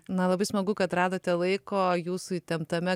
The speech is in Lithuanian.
na labai smagu kad radote laiko jūsų įtemptame